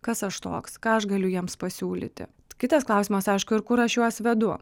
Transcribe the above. kas aš toks ką aš galiu jiems pasiūlyti kitas klausimas aišku ir kur aš juos vedu